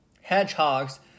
Hedgehogs